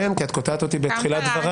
אני מבין שאתה רוצה לוותר על הצהרת הפתיחה שלך,